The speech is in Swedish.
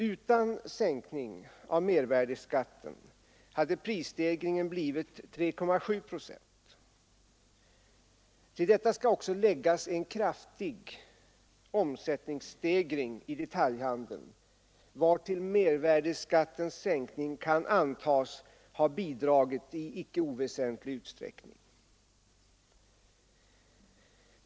Utan sänkningen av mervärdeskatten hade prisstegringen blivit 3,7 procent. Till detta skall också läggas en kraftig omsättningsstegring i detaljhandeln, vartill mervärdeskattens sänkning kan antas ha bidragit i icke oväsentlig utsträckning.